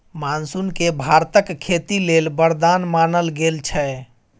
monsoon केँ भारतक खेती लेल बरदान मानल गेल छै